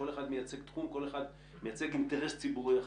כי כל אחד מייצג תחום ואינטרס ציבורי אחר.